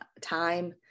time